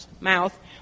mouth